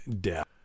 death